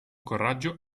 coraggio